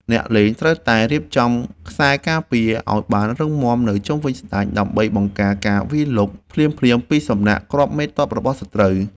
អ្នកលេងត្រូវតែចេះរៀបចំខ្សែការពារឱ្យបានរឹងមាំនៅជុំវិញស្តេច ដើម្បីបង្ការការវាយលុកភ្លាមៗពីសំណាក់គ្រាប់មេទ័ពរបស់សត្រូវ។